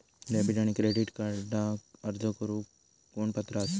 Debit आणि credit कार्डक अर्ज करुक कोण पात्र आसा?